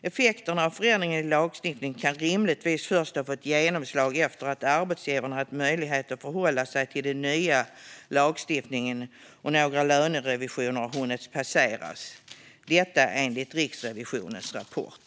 Effekterna av förändring i lagstiftning kan rimligtvis först ha fått genomslag efter att arbetsgivaren har haft möjlighet att förhålla sig till den nya lagstiftningen och några lönerevisioner har hunnit passera - detta enligt Riksrevisionens rapport.